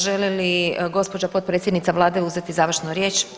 Želi li gđa. potpredsjednica vlade uzeti završnu riječ?